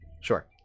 Sure